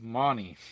money